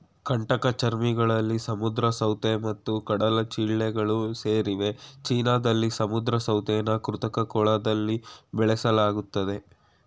ಕಂಟಕಚರ್ಮಿಗಳಲ್ಲಿ ಸಮುದ್ರ ಸೌತೆ ಮತ್ತು ಕಡಲಚಿಳ್ಳೆಗಳು ಸೇರಿವೆ ಚೀನಾದಲ್ಲಿ ಸಮುದ್ರ ಸೌತೆನ ಕೃತಕ ಕೊಳದಲ್ಲಿ ಬೆಳೆಸಲಾಗ್ತದೆ